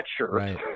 Right